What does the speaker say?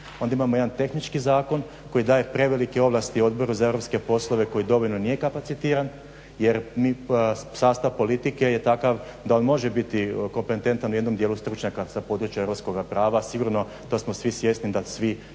Onda imamo jedan tehnički zakon koji daje prevelike ovlasti Odboru za europske poslove koji dovoljno nije kapacitiran. Jer sastav politike je takav da on može biti kompetentan u jednom dijelu stručnjaka sa područja europskoga prava. Sigurno, to smo svi svjesni da svi